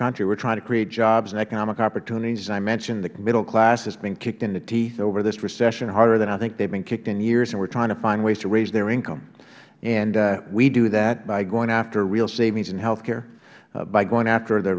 country we are trying to create jobs and economic opportunities and i mentioned the middle class has been kicked in the teeth over this recession harder than i think they have been kicked in years and we are trying to find ways to raise their income and we do that by going after real savings in health care by going after the